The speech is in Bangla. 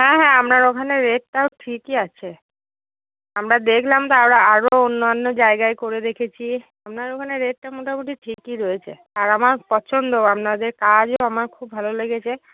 হ্যাঁ হ্যাঁ আপনার ওখানে রেটটাও ঠিকই আছে আমরা দেখলাম তো আরও অন্যান্য জায়গায় করে দেখেছি আপনার ওখানে রেটটা মোটামুটি ঠিকই রয়েছে আর আমার পছন্দও আপনাদের কাজও আমার খুব ভালো লেগেছে